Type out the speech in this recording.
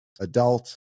adult